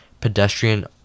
pedestrian